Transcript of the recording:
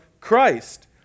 Christ